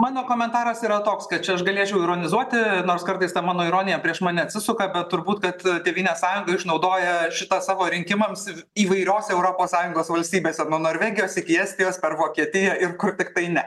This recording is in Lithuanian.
mano komentaras yra toks kad čia aš galėčiau ironizuoti nors kartais ta mano ironija prieš mane atsisuka bet turbūt kad tėvynės sąjunga išnaudoja ir šitą savo rinkimams ir įvairiose europos sąjungos valstybėse nuo norvegijos iki estijos per vokietiją ir kur tiktai ne